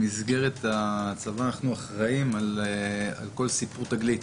במסגרת הצבא אנחנו אחראים על כל סיפור 'תגלית',